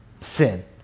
sin